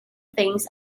things